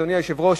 אדוני היושב-ראש,